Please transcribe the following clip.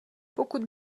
pokud